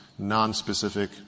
nonspecific